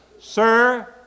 Sir